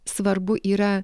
svarbu yra